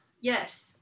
yes